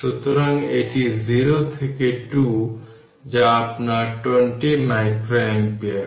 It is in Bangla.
সুতরাং এটি 0 থেকে 2 যা আপনার 20 মাইক্রোঅ্যাম্পিয়ার